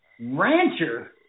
Rancher